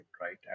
right